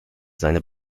seine